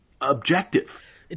objective